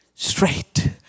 Straight